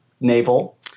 navel